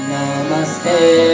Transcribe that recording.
Namaste